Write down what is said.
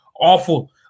awful